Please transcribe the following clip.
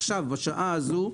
בשעה הזאת,